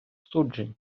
суджень